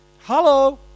hello